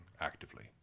actively